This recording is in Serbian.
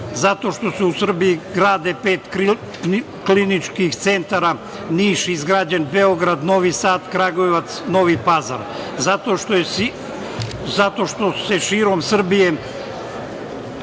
zato što se u Srbiji grade pet kliničkih centara, Niš izgrađen, Beograd, Novi Sad, Kragujevac, Novi Pazar, zato što je širom Srbije